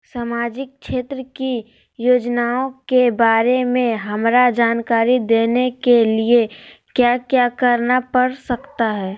सामाजिक क्षेत्र की योजनाओं के बारे में हमरा जानकारी देने के लिए क्या क्या करना पड़ सकता है?